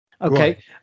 okay